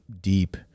deep